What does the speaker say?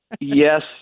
yes